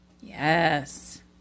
Yes